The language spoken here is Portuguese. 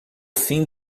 fim